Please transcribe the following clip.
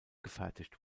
gefertigt